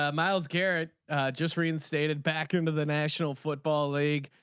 um myles garrett just reinstated back into the national football league.